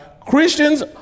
Christians